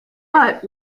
but